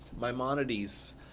Maimonides